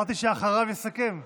אמרתי "אחריו יסכם".